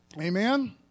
Amen